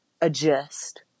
adjust